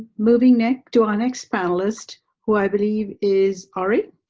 moving next. to our next panelist who i believe is ari.